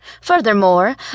Furthermore